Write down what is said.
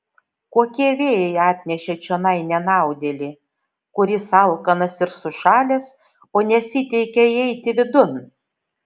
kokie vėjai atnešė čionai nenaudėlį kuris alkanas ir sušalęs o nesiteikia įeiti vidun